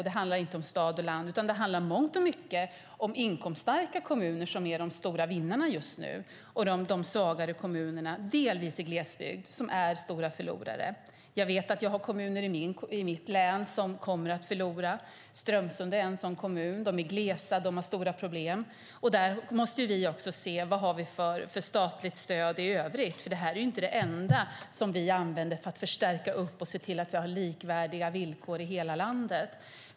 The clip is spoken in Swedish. Det handlar inte om stad och land, utan det handlar i mångt och mycket om inkomststarka kommuner som är de stora vinnarna just nu och svaga kommuner, delvis i glesbygd, som är de stora förlorarna. Jag vet att det finns kommuner i mitt hemlän som kommer att förlora. Strömsund är en sådan kommun. Det är en gles kommun som har stora problem. Här måste vi se vad det finns för statligt stöd i övrigt, för det här är inte det enda vi använder för att förstärka och se till att vi har likvärdiga villkor i hela landet.